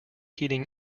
heating